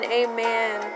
amen